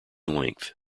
length